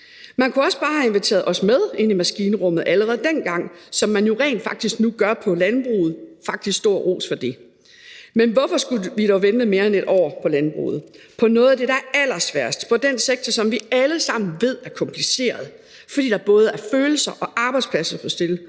Man kunne også bare have inviteret os med ind i maskinrummet allerede dengang, som man jo rent faktisk nu gør med landbruget – stor ros for det. Men hvorfor skulle vi dog vente mere end et år på landbruget, altså på noget af det, der er allersværest, på den sektor, som vi alle sammen ved er kompliceret, fordi der både er følelser og arbejdspladser på spil;